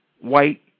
white